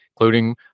including